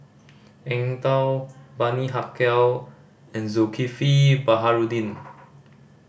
Eng Tow Bani Haykal and Zulkifli Baharudin